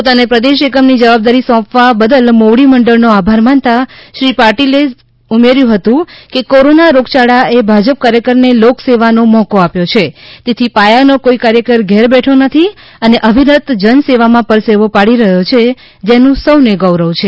પોતાને પ્રદેશ એકમ ની જવાબદારી સોંપવા બદલ મોવડી મંડળ નો આભાર માનતા શ્રી પાટિલે આપ્રસંગે ઉમેર્થું હતું કેકોરોના રોગયાળા એભાજપ કાર્યકર ને લોકસેવા નો મોકો આપ્યો છે તેથી પાયા નો કોઈકાર્યકર ઘેર બેઠો નથી અને અવિરત જનસેવા માં પરસેવો પડી રહ્યો છે જેનું સૌ ને ગૌરવ છે